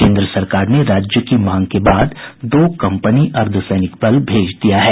केन्द्र सरकार ने राज्य की मांग के बाद दो कंपनी अर्द्वसैनिक बल भेज दिया है